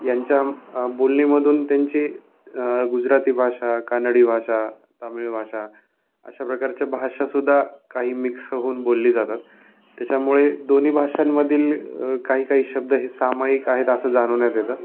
यांच्या बोलनीमधून त्यांची अ गुजराती भाषा कानडी भाषा तामिळ भाषा अशा प्रकारच्या भाषाासुद्दा काही मिक्स होऊन बोलली जातात त्याच्यामुळे दोन्ही भाषांमधील काही काही शब्द हे सामायिक आहेत असं जाणवण्यात येतं